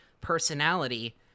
personality